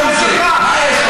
חבר הכנסת אמסלם.